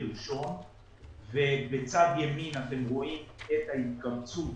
ראשון ובצד ימין אתם רואים את ההתכווצות